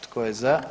Tko je za?